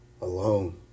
alone